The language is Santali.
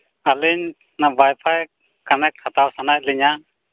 ᱟᱹᱞᱤᱧ ᱚᱱᱟ ᱚᱣᱟᱭᱯᱷᱟᱭ ᱠᱟᱱᱮᱠᱴ ᱦᱟᱛᱟᱣ ᱥᱟᱱᱟᱭᱮᱫ ᱞᱤᱧᱟᱹ